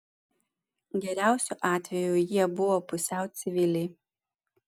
geriausiu atveju jie buvo pusiau civiliai